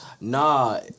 Nah